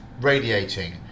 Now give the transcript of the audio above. radiating